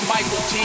Michael